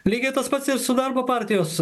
lygiai tas pats su darbo partijos